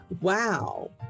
Wow